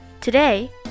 Today